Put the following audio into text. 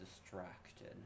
distracted